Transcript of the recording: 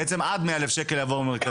בעצם עד מאה אלף שקל יעבור מהמרכזים,